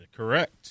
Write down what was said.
Correct